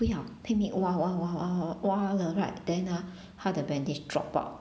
不要拼命挖挖挖挖挖挖好了 right then ah 她的 bandage drop out